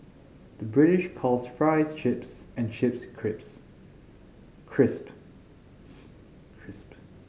the British calls fries chips and chips crisps